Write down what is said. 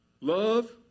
love